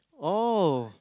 oh